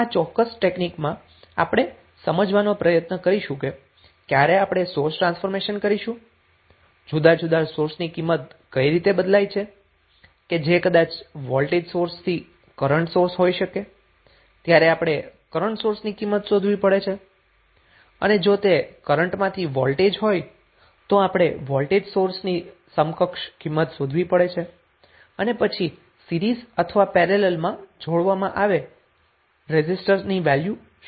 તો આ ચોક્કસ ટેક્નિકમાં આપણે સમજવાનો પ્રયત્ન કરીશું કે ક્યારે આપણે સોર્સ ટ્રાન્સફોર્મેશન કરીશુ જુદા જુદા સોર્સની કિંમત કઈ રીતે બદલાય છે જે કદાચ વોલ્ટેજ સોર્સથી કરન્ટ સોર્સ હોઈ શકે ત્યારે આપણે કરન્ટ સોર્સની કિંમત શોધવી પડે છે અને હવે જો તે કરન્ટમાંથી વોલ્ટેજ હોય તો આપણે વોલ્ટેજ સોર્સની સમકક્ષ કિંમત શોધવી પડે છે અને પછી સીરીઝ અથવા પેરેલલમાં જોડવામાં આવે રેઝિસ્ટરની વેલ્યુ શું થશે